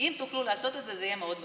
אם תוכלו לעשות את זה זה יהיה מאוד מבורך.